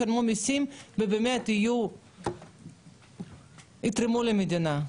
ישלמו מסים ובאמת יתרמו למדינה.